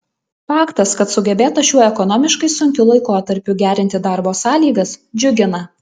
faktas kad sugebėta šiuo ekonomiškai sunkiu laikotarpiu gerinti darbo sąlygas džiugina